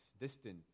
distant